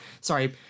sorry